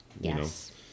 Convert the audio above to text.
Yes